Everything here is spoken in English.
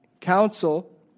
counsel